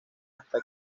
hasta